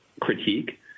critique